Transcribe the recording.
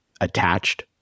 attached